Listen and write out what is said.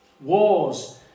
Wars